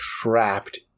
trapped